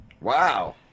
Wow